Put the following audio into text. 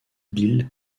bilh